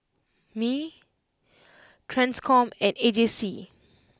Mi Ttranscom and A J C